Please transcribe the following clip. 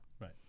Right